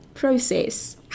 Process